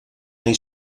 nei